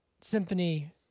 symphony